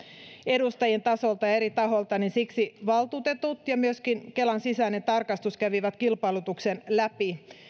kansanedustajien tasolta ja eri tahoilta niin siksi valtuutetut ja myöskin kelan sisäinen tarkastus kävivät kilpailutuksen läpi